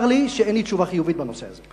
צר לי שאין לי תשובה חיובית בנושא הזה.